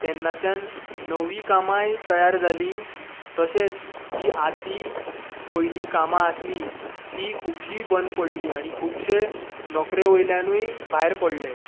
तेन्नाच्यान नवीं कामाय तयार जालीं तशेंच जीं आदीं पयलीं कामां आसलीं तीं खुबशीं बंद पडलीं आनी खुबशे नोकरे वयल्यानूय भायर पडले